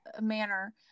manner